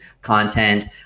content